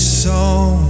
song